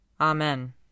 Amen